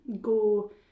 go